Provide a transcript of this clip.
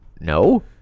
No